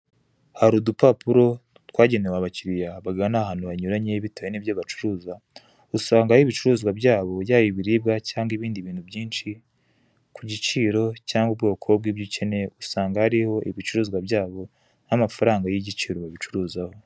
Hari udupapuro twagenewe abakiriya bagana ahantu hanyuranye bitewe n'ibyo bacuruza, usangaho ibicuruzwa byabo byaba ibiribwa cyangwa ibindi bintu byinshi, ku giciro cyangwa ubwoko bw'ibyo ukeneye; usanga hariho ibicuruzwa byabo n'amafaranga y'igiciro babicuruzaho.